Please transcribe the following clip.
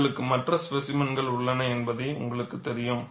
உங்களுக்கு மற்ற ஸ்பேசிமென்கள் உள்ளன என்பது உங்களுக்குத் தெரியும்